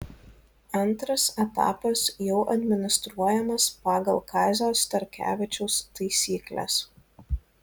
antras etapas jau administruojamas pagal kazio starkevičiaus taisykles